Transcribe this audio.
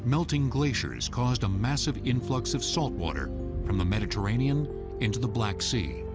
melting glaciers caused a massive influx of saltwater from the mediterranean into the black sea,